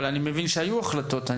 אבל אני מבין שהיו החלטות.